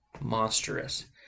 monstrous